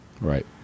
Right